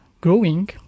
growing